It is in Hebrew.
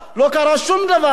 לא קרה שום דבר.